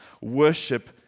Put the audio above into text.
worship